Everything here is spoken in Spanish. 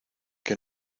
que